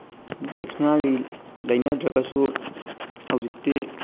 dictionary ꯂꯩꯅꯗ꯭ꯔꯒꯁꯨ ꯍꯧꯖꯤꯛꯇꯤ